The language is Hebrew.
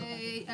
יכול להיות